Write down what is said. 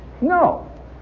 No